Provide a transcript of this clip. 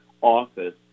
office